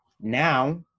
Now